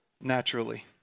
naturally